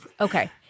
Okay